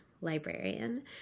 librarian